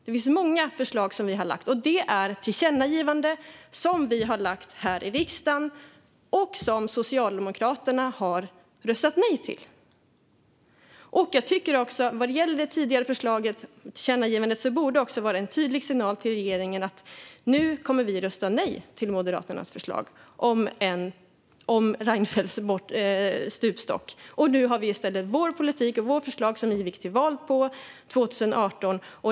Det finns många förslag som vi har i ett tillkännagivande som vi har lagt fram här i riksdagen och som Socialdemokraterna har röstat nej till. Vad gäller det tidigare tillkännagivandet borde det vara en tydlig signal till regeringen om att vi nu kommer att rösta nej till Moderaternas förslag om Reinfeldts stupstock. Nu har vi i stället vår politik och vårt förslag som vi gick till val på 2018.